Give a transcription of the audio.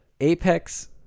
Apex